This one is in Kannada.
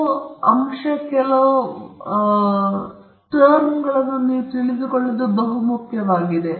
ಇದು ನಕಾರಾತ್ಮಕ ಮೌಲ್ಯವಾಗಿರಬಹುದು ಏಕೆಂದರೆ ವಿತರಣೆಯು ಹೆಚ್ಚಾಗಿ X ಅಕ್ಷದ ಋಣಾತ್ಮಕ ಭಾಗದಲ್ಲಿದ್ದರೆ ನೀವು ಋಣಾತ್ಮಕ ಅರ್ಥವನ್ನು ಹೊಂದಿರುತ್ತೀರಿ